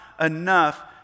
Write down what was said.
enough